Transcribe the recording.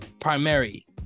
primary